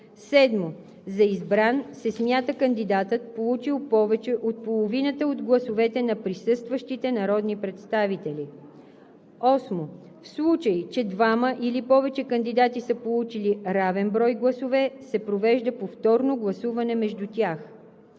7. За избран се смята кандидатът, получил повече от половината от гласовете на присъстващите народни представители. 8. В случай че двама или повече кандидати са получили равен брой гласове, се провежда повторно гласуване между тях.